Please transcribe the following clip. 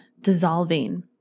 dissolving